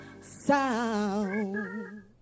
sound